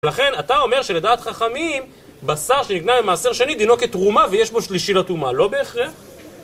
לכן אתה אומר שלדעת חכמים, בשר שנקנה במעשר שני דינו כתרומה ויש בו שלישי לתרומה, לא בהכרח!